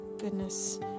Goodness